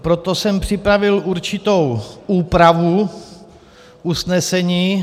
Proto jsem připravil určitou úpravu usnesení.